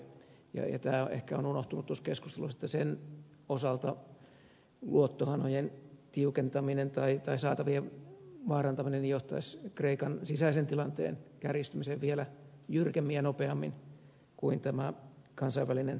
tämä on ehkä unohtunut tuossa keskustelussa että sen osalta luottohanojen tiukentaminen tai saatavien vaarantaminen johtaisi kreikan sisäisen tilanteen kärjistymiseen vielä jyrkemmin ja nopeammin kuin tämä kansainvälisen tervehdyttämisohjelma